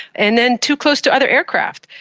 and then too close to other aircraft.